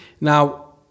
Now